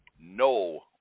no